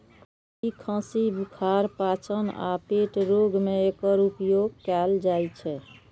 सर्दी, खांसी, बुखार, पाचन आ पेट रोग मे एकर उपयोग कैल जाइ छै